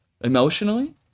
emotionally